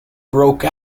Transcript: broke